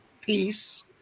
peace